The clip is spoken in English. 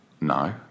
No